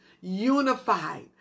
unified